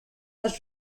its